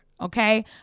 okay